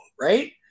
right